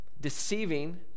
deceiving